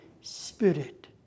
Spirit